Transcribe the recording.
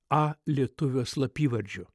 a lietuvio slapyvardžiu